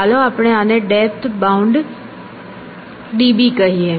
ચાલો આપણે આને ડેપ્થ બાઉન્ડ d b કહીએ